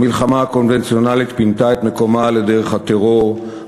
המלחמה הקונבנציונלית פינתה את מקומה לדרך הטרור,